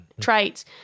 traits